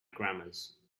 grammars